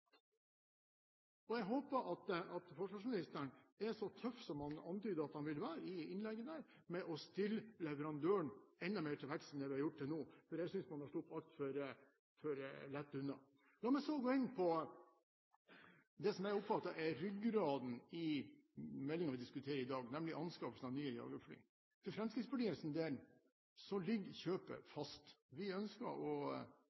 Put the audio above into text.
disse? Jeg håper at forsvarsministeren er så tøff som han antyder at han vil være, i innlegget sitt, med å stille leverandøren enda mer til veggs enn det man har gjort til nå. Jeg synes man har sluppet altfor lett unna. La meg så gå inn på det som jeg oppfatter er ryggraden i meldingen vi diskuterer i dag, nemlig anskaffelsen av nye jagerfly. For Fremskrittspartiets del ligger kjøpet fast. Vi ønsker å